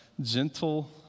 gentle